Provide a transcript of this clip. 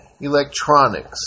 electronics